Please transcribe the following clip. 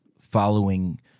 following